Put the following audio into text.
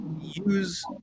use